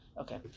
Okay